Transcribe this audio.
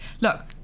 look